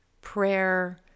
prayer